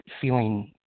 feeling